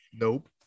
Nope